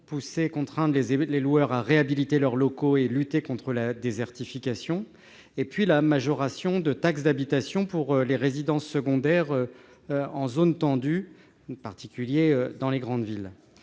pour contraindre les loueurs à réhabiliter leurs locaux et lutter contre la désertification, et la majoration de taxe d'habitation pour les résidences secondaires en zones tendues, en particulier dans les grandes villes.